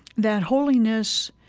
that holiness,